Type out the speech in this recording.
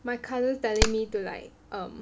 my cousins telling me to like um